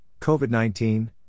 COVID-19